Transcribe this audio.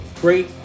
Great